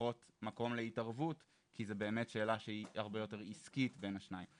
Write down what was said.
פחות מקום להתערבות כי זו באמת שאלה שהיא הרבה יותר עסקית בין השניים.